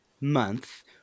month